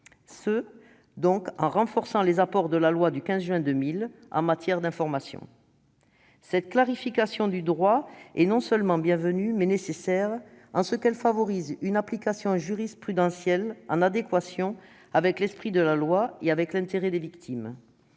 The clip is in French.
donc d'un renforcement des apports de la loi du 15 juin 2000 en matière d'information. Cette clarification du droit est non seulement bienvenue, mais nécessaire, en ce qu'elle favorise une application jurisprudentielle en adéquation avec l'esprit de la loi et avec l'intérêt des victimes.